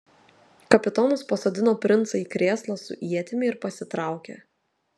kapitonas pasodino princą į krėslą su ietimi ir pasitraukė